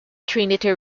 trinity